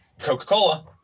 Coca-Cola